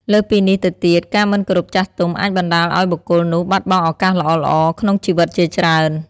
លើសពីនេះទៅទៀតការមិនគោរពចាស់ទុំអាចបណ្ដាលឲ្យបុគ្គលនោះបាត់បង់ឱកាសល្អៗក្នុងជីវិតជាច្រើន។